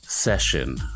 session